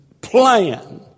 plan